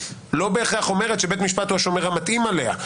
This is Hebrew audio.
לא בהכרח אומרת שבית משפט הוא השומר המתאים עליה.